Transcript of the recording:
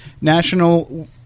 National